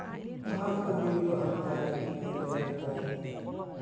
ᱵᱟᱦᱟ ᱠᱚ ᱵᱤᱨ ᱵᱟᱦᱟ ᱠᱚ ᱮᱢᱟᱱ ᱛᱮᱭᱟᱜ ᱠᱚ